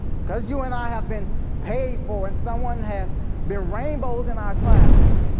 because you and i have been paid for and someone has been rainbows in our clouds,